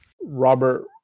Robert